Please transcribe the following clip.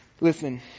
Listen